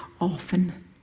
often